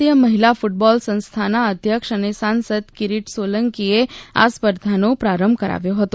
ભારતીય મહિલા કૂટબોલ સંસ્થાના અધ્યક્ષ અને સાંસદ કિરીટ સોલંકીએ આ સ્પર્ધાનો પ્રારંભ કરાવ્યો હતો